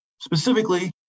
Specifically